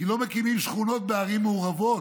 כי לא מקימים שכונות בערים מעורבות,